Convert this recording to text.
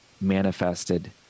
manifested